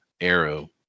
Arrow